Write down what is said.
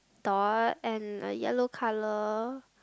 dog and a yellow colour